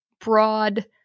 broad